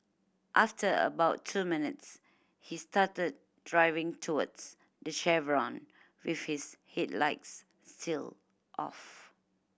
after about two minutes he started driving towards the chevron with his headlights still off